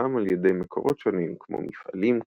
מזוהם על ידי מקורות שונים כמו מפעלים,